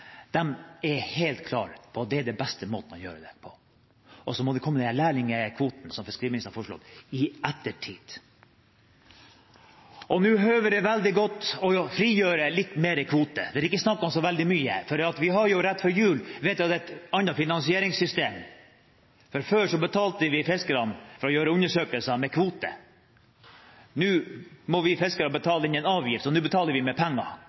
er helt klare på at dette er den beste måten å gjøre det på, og så må vi komme med den lærlingkvoten som fiskeriministeren har foreslått, i ettertid. Nå høver det veldig godt å frigjøre litt mer kvote, men det er ikke snakk om så veldig mye. Rett før jul vedtok vi et annet finansieringssystem. Før betalte vi fiskerne for å gjøre undersøkelser med kvote. Nå må vi fiskere betale inn en avgift, så nå betaler vi med penger.